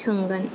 सोंगोन